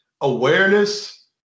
awareness